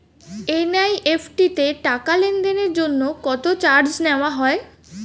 NEFT তে টাকা লেনদেনের জন্য কত চার্জ নেয়া হয়?